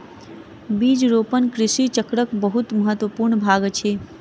बीज रोपण कृषि चक्रक बहुत महत्वपूर्ण भाग अछि